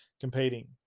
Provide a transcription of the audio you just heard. competing